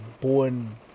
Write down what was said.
born